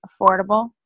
affordable